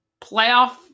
playoff